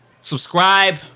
subscribe